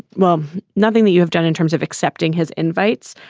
well, nothing that you have done in terms of accepting his invites.